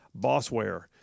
Bossware